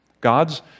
God's